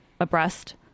abreast